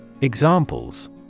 Examples